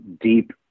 deep